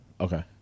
Okay